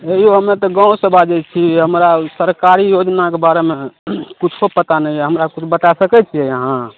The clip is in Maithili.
हे यौ हम एतऽ गाँवसँ बाजै छी हमरा सरकारी योजनाके बारेमे किछु पता नहि यऽ किछु बता सकैत छियै अहाँ